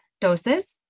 doses